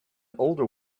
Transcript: older